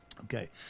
Okay